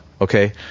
Okay